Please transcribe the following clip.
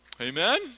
Amen